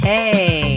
Hey